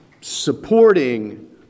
supporting